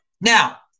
Now